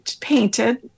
painted